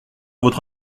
votre